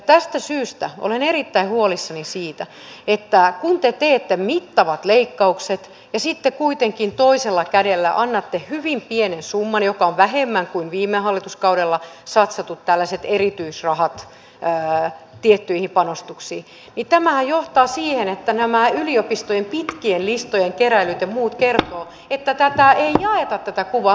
tästä syystä olen erittäin huolissani siitä että kun te teette mittavat leikkaukset ja sitten kuitenkin toisella kädellä annatte hyvin pienen summan joka on vähemmän kuin viime hallituskaudella satsatut erityisrahat tiettyihin panostuksiin niin tämähän johtaa siihen että nämä yliopistojen pitkien listojen keräilyt ja muut kertovat että ei jaeta tätä kuvaa